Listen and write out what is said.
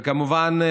וכמובן,